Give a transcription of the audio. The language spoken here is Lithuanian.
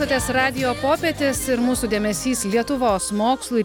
tokias radijo popietės ir mūsų dėmesys lietuvos mokslui